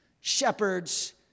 shepherds